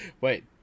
Wait